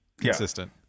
consistent